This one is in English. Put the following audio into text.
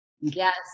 Yes